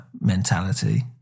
mentality